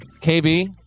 KB